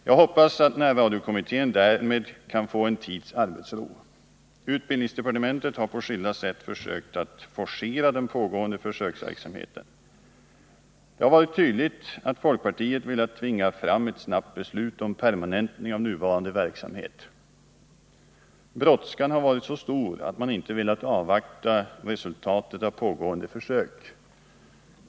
Jag hoppas att närradiokommittén därmed kan få en tids arbetsro. Utbildningsdepartementet har på skilda sätt försökt forcera den pågående försöksverksamheten. Det har varit tydligt att folkpartiet har velat tvinga . fram ett snabbt beslut om permanentning av nuvarande verksamhet. Brådskan har varit så stor att man inte velat avvakta resultatet av pågående försök.